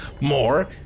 more